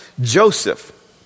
Joseph